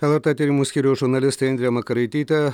lrt tyrimų skyriaus žurnalistė indrė makaraitytė